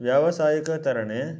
व्यावसायिकतरणे